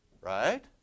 Right